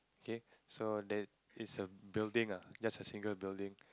okay so then this a building lah just a single building